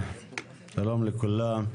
שלום לכולם.